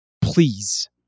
please